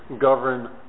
govern